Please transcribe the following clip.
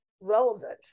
relevant